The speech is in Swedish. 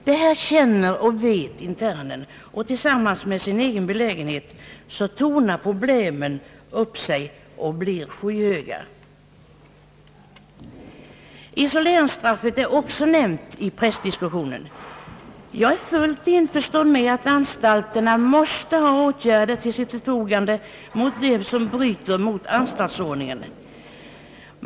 Detta känner och vet internen och tillsammans med hans egen belägenhet medför det att problemen tornar upp sig och blir skyhöga. Isoleringsstraffet är också nämnt i pressdiskussionen. Jag är fullt införstådd med att anstalterna måste kunnå vidta åtgärder mot den som bryter mot anstaltsordningen.